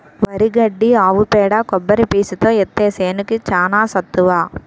వరి గడ్డి ఆవు పేడ కొబ్బరి పీసుతో ఏత్తే సేనుకి చానా సత్తువ